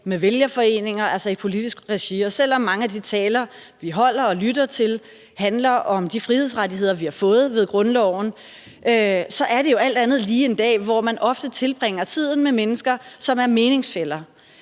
med vælgerforeninger, altså i politisk regi. Selv om mange af de taler, vi holder og lytter til, handler om de frihedsrettigheder, vi har fået ved grundloven, er det jo alt andet lige en dag, som man ofte tilbringer med mennesker, som er meningsfæller.